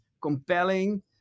compelling